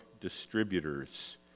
distributors